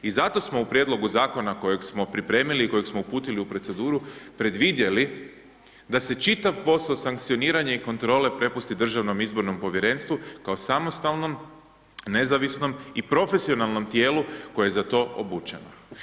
I zato smo u prijedlogu zakona kojeg smo pripremili i kojeg smo uputili u proceduru predvidjeli da se čitav posao sankcioniranja i kontrole prepusti Državnom izbornom povjerenstvu, kao samostalnom, nezavisnom i profesionalnom tijelu koje je za to obučeno.